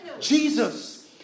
Jesus